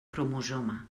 cromosoma